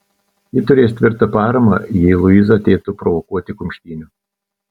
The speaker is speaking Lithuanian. ji turės tvirtą paramą jei luiza ateitų provokuoti kumštynių